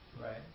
Right